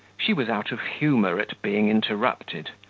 she was out of humour at being interrupted,